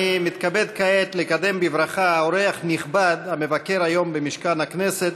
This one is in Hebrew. אני מתכבד כעת לקדם בברכה אורח נכבד המבקר היום במשכן הכנסת,